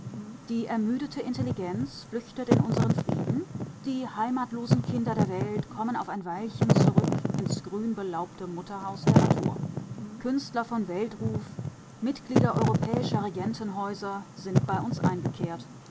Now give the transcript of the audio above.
die ermüdete intelligenz flüchtet in unseren frieden die heimatlosen kinder der welt kommen auf ein weilchen zurück ins grünbelaubte mutterhaus der natur künstler von weltruf mitglieder europäischer regentenhäuser sind bei uns eingekehrt